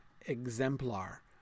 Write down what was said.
exemplar